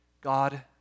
God